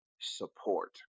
support